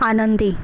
आनंदी